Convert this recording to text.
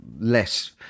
less